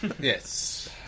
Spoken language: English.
Yes